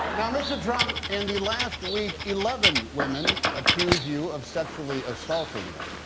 now mr. trump, in the last week, eleven women accuse you of sexually assaulting them.